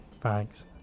Thanks